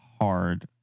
hard